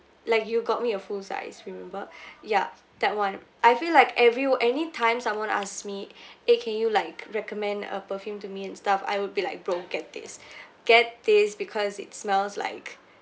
like you got me a full size remember ya that one I feel like every~ anytime someone ask me eh can you like recommend a perfume to me and stuff I would be like bro get this get this because it smells like